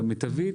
בצורה מיטבית.